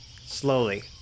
Slowly